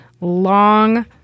long-